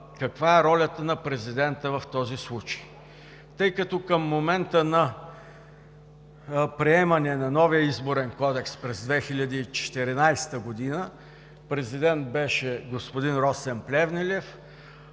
каква е ролята на президента в този случай. Тъй като към момента на приемане на новия Изборен кодекс през 2014 г. президент беше господин Росен Плевнелиев,